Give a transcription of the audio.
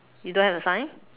you don't have the sign